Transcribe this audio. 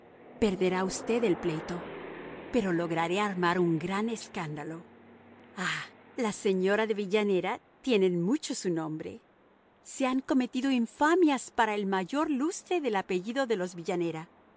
perderá usted el pleito pero lograré armar un gran escándalo ah la señora de villanera tiene en mucho su nombre se han cometido infamias para el mayor lustre del apellido de los villanera